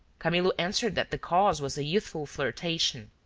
camillo answered that the cause was a youthful flirtation.